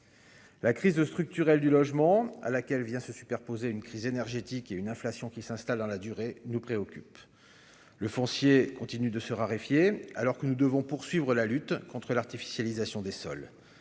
la crise de structurelle du logement à laquelle vient se superposer une crise énergétique et une inflation qui s'installe dans la durée, nous préoccupe le foncier continuent de se raréfier, alors que nous devons poursuivre la lutte contre l'artificialisation des sols,